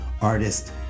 artist